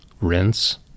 rinse